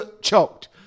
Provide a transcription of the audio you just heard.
choked